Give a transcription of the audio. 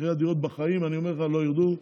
מחירי הדירות בחיים לא ירדו,